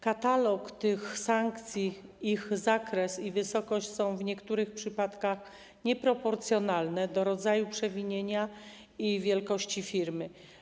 Katalog tych sankcji, ich zakres i wysokość są w niektórych przypadkach nieproporcjonalne do rodzaju przewinienia i wielkości firmy.